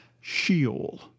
Sheol